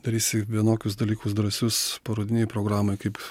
darysi vienokius dalykus drąsius parodinėj programoj kaip